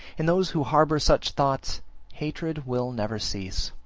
in those who harbour such thoughts hatred will never cease.